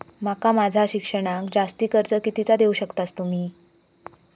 माका माझा शिक्षणाक जास्ती कर्ज कितीचा देऊ शकतास तुम्ही?